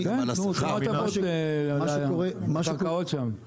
כן, תנו הטבות לקרקעות שם.